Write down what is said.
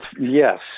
Yes